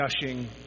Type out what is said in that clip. gushing